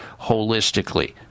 holistically